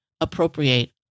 appropriate